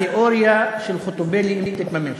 התיאוריה של חוטובלי, אם תתממש.